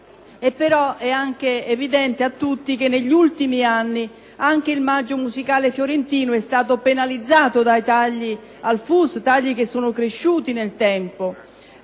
è anche evidente a tutti che negli ultimi anni anche tale manifestazione è stata penalizzata dai tagli al FUS, che sono cresciuti nel tempo.